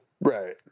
Right